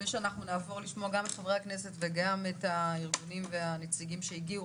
לפני שנשמע את חברי הכנסת וחברי הארגונים והנציגים שהגיעו,